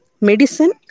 medicine